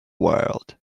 world